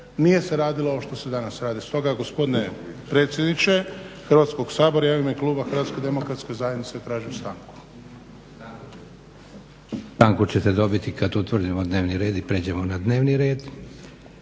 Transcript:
nije se radilo ovo što se danas radi. Stoga gospodine predsjedniče Hrvatskog sabora ja u ime kluba HDZ-a tražim stanku. **Leko, Josip (SDP)** Stanku ćete dobiti kad utvrdimo dnevni red i pređemo na dnevni red.